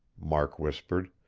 mark whispered.